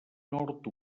nord